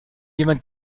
jemand